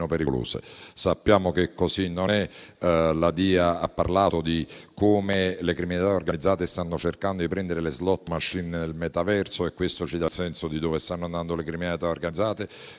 pericolose. Sappiamo che così non è. La DIA ha parlato di come la criminalità organizzata stia cercando di prendere le *slot machine* nel metaverso e questo ci dà il senso di dove sta andando; cosa che è stata